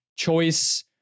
choice